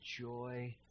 joy